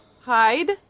Hide